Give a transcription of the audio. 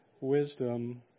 wisdom